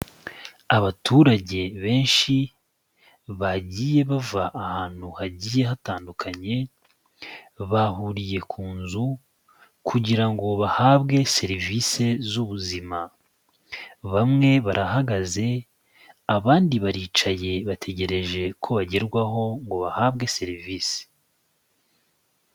Abaturage benshi bagiye bava ahantu hagiye hatandukanye bahuriye ku nzu kugira ngo bahabwe serivise z'ubuzima. Bamwe barahagaze, abandi baricaye bategereje ko bagerwaho ngo bahabwe serivise.